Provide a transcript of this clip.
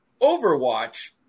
Overwatch